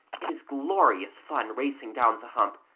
it is glorious fun racing down the hump,